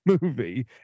movie